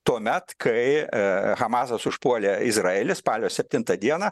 tuomet kai hamasas užpuolė izraelį spalio septintą dieną